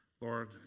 Lord